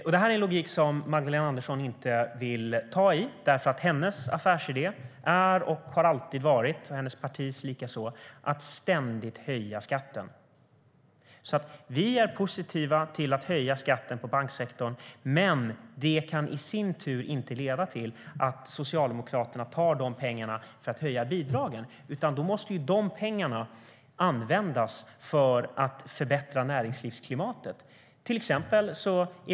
Men det är en logik som Magdalena Andersson inte vill ta till sig eftersom hennes, liksom hennes partis, affärsidé är och alltid har varit att ständigt höja skatten. Vi är positiva till att höja skatten på banksektorn, men det kan inte leda till att Socialdemokraterna i sin tur tar pengarna till att höja bidragen. Pengarna måste användas till att förbättra näringslivsklimatet.